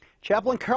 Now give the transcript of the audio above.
Chaplain